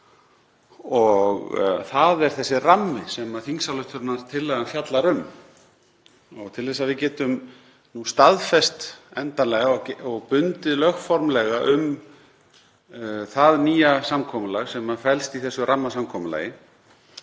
Það er þessi rammi sem þingsályktunartillagan fjallar um. Til þess að við getum staðfest endanlega og bundið lögformlega um það nýja samkomulag sem felst í þessu rammasamkomulagi